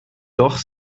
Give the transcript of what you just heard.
doch